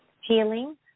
healing